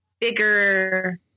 bigger